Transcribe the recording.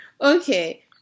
Okay